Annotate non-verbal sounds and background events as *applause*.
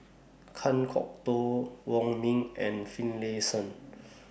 Kan Kwok Toh Wong Ming and Finlayson *noise*